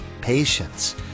patience